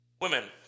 Women